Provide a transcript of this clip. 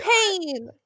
pain